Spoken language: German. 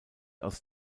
aus